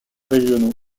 régionaux